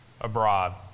abroad